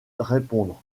répondre